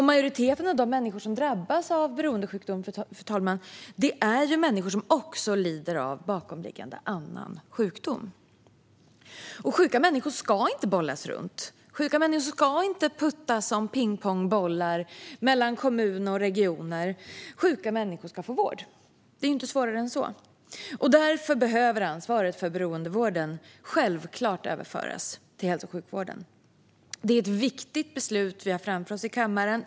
Majoriteten av de människor som drabbas av beroendesjukdom, fru talman, lider också av en annan, bakomliggande sjukdom. Sjuka människor ska inte bollas runt. Sjuka människor ska inte puttas som pingpongbollar mellan kommuner och regioner. Sjuka människor ska få vård - det är inte svårare än så. Därför behöver ansvaret för beroendevården självklart överföras till hälso och sjukvården. Det är ett viktigt beslut vi har framför oss i kammaren.